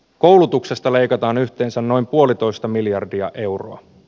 koulutuksesta leikataan yhteensä noin puolitoista miljardia euroa